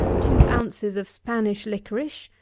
two ounces of spanish-liquorice,